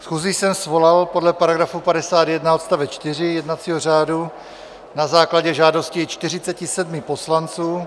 Schůzi jsem svolal podle § 51 odst. 4 jednacího řádu na základě žádosti 47 poslanců.